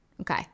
Okay